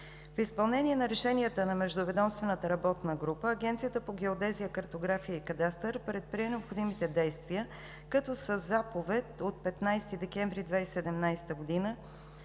В изпълнение на решенията на Междуведомствената работна група Агенцията по геодезия, картография и кадастър предприе необходимите действия, като със заповед от 15 декември 2017 г. на